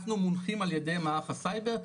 אנחנו מונחים על ידי מערך הסייבר,